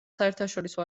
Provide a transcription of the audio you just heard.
საერთაშორისო